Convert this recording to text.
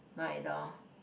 no at all